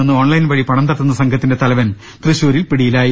നിന്നു ഓൺലൈൻ വഴി പണം തട്ടുന്ന സംഘത്തിന്റെ തലവൻ തൃശൂരിൽ പിടിയിലായി